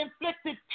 inflicted